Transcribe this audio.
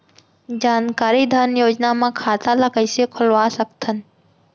जानकारी धन योजना म खाता ल कइसे खोलवा सकथन?